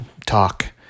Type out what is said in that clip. talk